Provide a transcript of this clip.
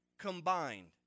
combined